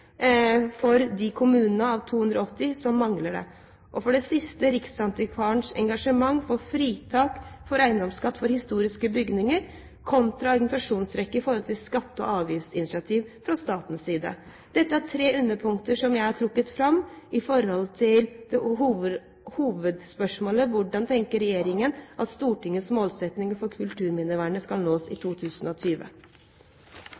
280 kommunene som mangler det. Riksantikvarens engasjement for fritak for eiendomsskatt for historiske bygninger kontra argumentasjonsrekke i forhold til skatte- og avgiftsinitiativ fra statens side. Dette er tre underpunkter som jeg har trukket fram i forhold til hovedspørsmålet: Hvordan tenker regjeringen at Stortingets målsettinger for kulturminnevernet skal nås